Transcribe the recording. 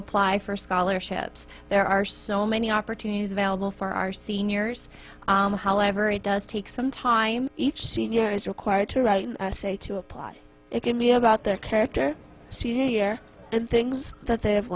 apply for scholarships there are so many opportunities available for our seniors however it does take some time each senior is required to write an essay to apply it to me about their character see here and things that they have